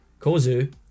Kozu